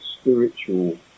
spiritual